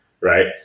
right